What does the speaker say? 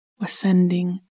Ascending